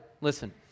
listen